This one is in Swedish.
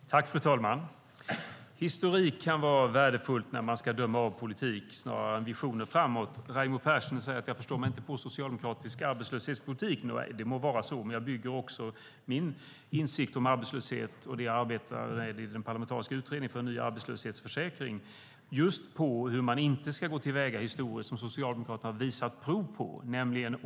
Fru talman! Historik kan, snarare än visioner framåt, vara värdefullt när man ska döma av politik. Raimo Pärssinen säger att jag inte förstår mig på socialdemokratisk arbetslöshetspolitik. Det må så vara, men jag bygger min insikt om arbetslöshet och det jag arbetar med i den parlamentariska utredningen för en ny arbetslöshetsförsäkring just på hur man inte ska gå till väga - på det sätt som Socialdemokraterna historiskt har visat prov på.